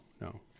no